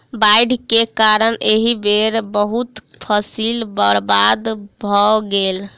बाइढ़ के कारण एहि बेर बहुत फसील बर्बाद भअ गेल